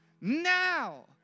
now